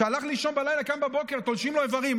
שהלך לישון בלילה, קם בבוקר, תולשים לו איברים.